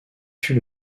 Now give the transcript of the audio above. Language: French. fut